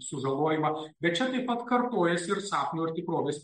sužalojimą bet čia taip pat kartojasi ir sapno ir tikrovės